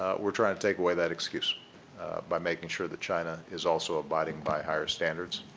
ah we're trying to take away that excuse by making sure that china is also abiding by higher standards